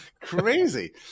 Crazy